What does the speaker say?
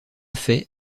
fait